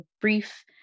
brief